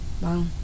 Wow